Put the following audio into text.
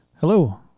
hello